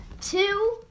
two